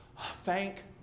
thank